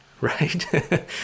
Right